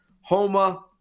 Homa